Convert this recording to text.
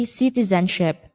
citizenship